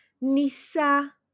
Nisa